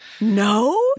No